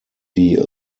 die